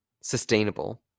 sustainable